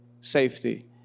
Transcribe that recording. safety